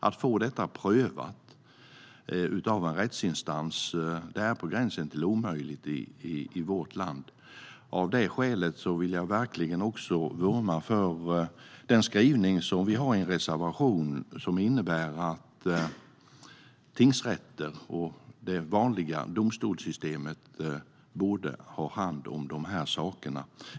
Att få detta prövat av en rättsinstans är på gränsen till omöjligt i vårt land. Av det skälet vill jag verkligen också vurma för den skrivning som vi har i en reservation som innebär att tingsrätten och det vanliga domstolssystemet borde ha hand om de här sakerna.